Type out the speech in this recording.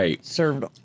served